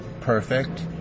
perfect